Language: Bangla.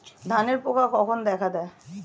ধানের পোকা কখন দেখা দেয়?